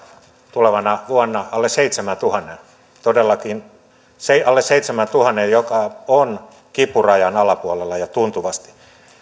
tulevana vuonna alle seitsemäntuhannen todellakin alle seitsemäntuhannen mikä on kipurajan alapuolella ja tuntuvasti